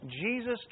Jesus